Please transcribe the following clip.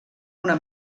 una